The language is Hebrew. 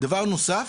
דבר נוסף: